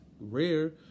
rare